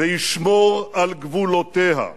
וישמור על גבולותיה".